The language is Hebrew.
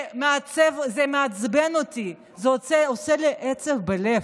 זה מעצבן אותי, זה עושה לי עצב בלב.